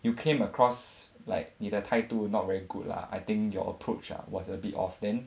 you came across like 你的态度 not very good lah I think your approach ah was a bit off then